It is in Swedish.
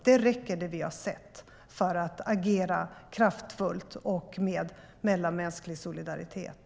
Det vi har sett räcker för att agera kraftfullt och med mellanmänsklig solidaritet.